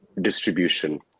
distribution